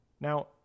Now